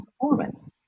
performance